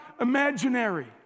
imaginary